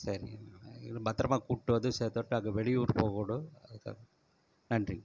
சரி பத்திரமா கூப்பிட்டு வந்து சேர்த்து விட்டா அங்கே வெளியூர் போகணும் நன்றி